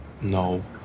No